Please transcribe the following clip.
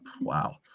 Wow